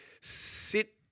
sit